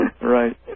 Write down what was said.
Right